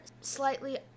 slightly